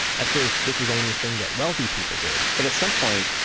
at first, this was only thing that wealthy people did but at some point,